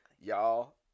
Y'all